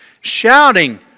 Shouting